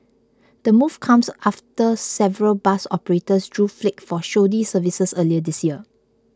the move comes after several bus operators drew flak for shoddy services earlier this year